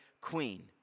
queen